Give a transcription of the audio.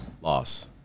loss